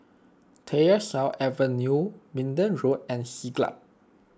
Tyersall Avenue Minden Road and Siglap